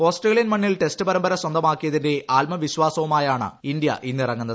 Australian മണ്ണിൽ test പരമ്പര സ്വന്തമാക്കിയതിന്റെ ആത്മവിശ്വാസവുമായാണ് ഇന്ത്യ ഇന്നിറങ്ങുന്നത്